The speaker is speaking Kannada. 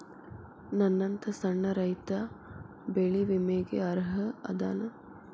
ನನ್ನಂತ ಸಣ್ಣ ರೈತಾ ಬೆಳಿ ವಿಮೆಗೆ ಅರ್ಹ ಅದನಾ?